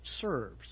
serves